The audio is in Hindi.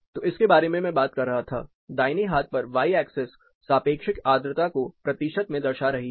तो इसके बारे में मैं बात कर रहा था दाहिने हाथ पर वाई एक्सिस सापेक्षिक आर्द्रता को प्रतिशत में दर्शा रहा है